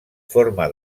forma